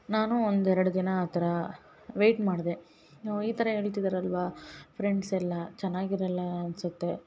ನಾನು ಒಂದು ಎರಡು ದಿನ ಆ ಥರಾ ವೇಯ್ಟ್ ಮಾಡದೇ ಈ ಥರ ಹೇಳ್ತಿದರಲ್ಲವಾ ಫ್ರೆಂಡ್ಸ್ ಎಲ್ಲ ಚೆನ್ನಾಗಿರಲ್ಲ ಅನ್ಸುತ್ತೆ